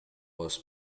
was